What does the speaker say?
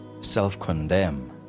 self-condemn